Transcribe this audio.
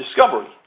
discovery